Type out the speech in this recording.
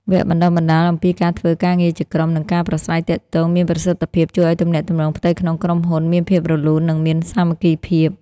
វគ្គបណ្ដុះបណ្ដាលអំពីការធ្វើការងារជាក្រុម និងការប្រាស្រ័យទាក់ទងមានប្រសិទ្ធភាព ជួយឱ្យទំនាក់ទំនងផ្ទៃក្នុងក្រុមហ៊ុនមានភាពរលូន និងមានសាមគ្គីភាព។